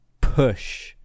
push